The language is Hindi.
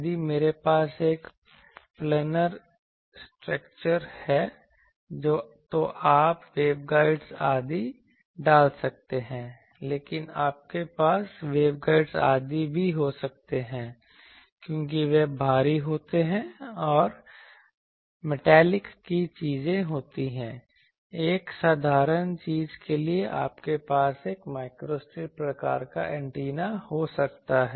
यदि मेरे पास एक प्लॅनर स्ट्रक्चर है तो आप वेवगाइड्स आदि डाल सकते हैं लेकिन आपके पास वेवगाइड्स आदि भी हो सकते हैं क्योंकि वे भारी होते हैं और मेटालिक की चीजें होती हैं एक साधारण चीज के बजाय आपके पास एक माइक्रोस्ट्रिप प्रकार का एंटीना हो सकता है